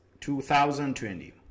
2020